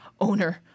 owner